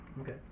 Okay